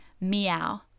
meow